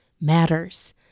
matters